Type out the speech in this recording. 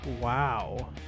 wow